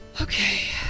Okay